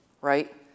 right